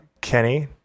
Kenny